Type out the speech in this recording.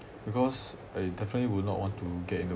because I definitely would not want to get into